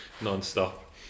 non-stop